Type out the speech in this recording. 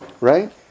Right